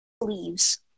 leaves